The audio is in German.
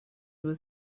nur